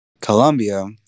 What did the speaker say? colombia